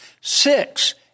Six